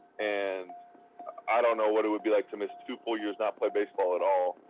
and i don't know what it would be like to miss two full years, not play baseball at all.